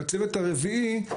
הצוות הרביעי,